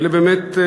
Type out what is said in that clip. אלה באמת,